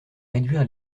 réduire